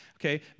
Okay